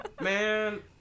Man